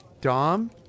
Dom